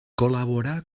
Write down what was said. col·laborà